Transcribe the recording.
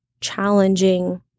challenging